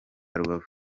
rubavu